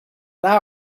now